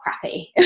crappy